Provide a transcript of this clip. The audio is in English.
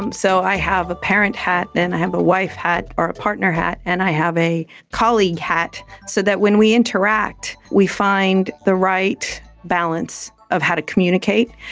um so i have a parent hat and i have a wife hat or a partner hat and i have a colleague hat, so that when we interact we find the right balance of how to communicate.